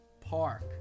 Park